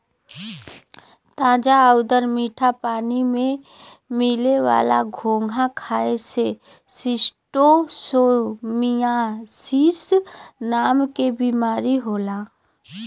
ताजा आउर मीठा पानी में मिले वाला घोंघा खाए से शिस्टोसोमियासिस नाम के बीमारी होला